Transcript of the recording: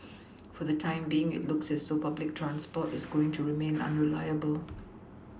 for the time being it looks as though public transport is going to remain unreliable